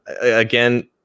again